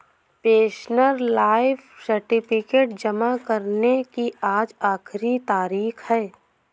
pensioner life certificate जमा करने की आज आखिरी तारीख है